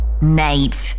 Nate